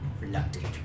reluctant